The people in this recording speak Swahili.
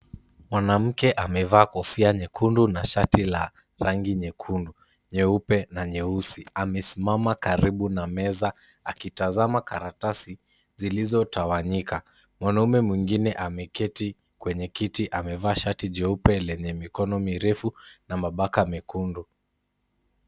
Mwanamke amevaa kofia nyekundu na shati la rangi nyekundu, nyeupe na nyeusi. Amesimama karibu na meza akitazama karatasi zilizotawanyika. Mwanamume mwingine ameketi kwenye kiti amevaa shati jeupe lenye mikono mirefu na mabaka mekundu.